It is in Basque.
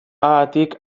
haatik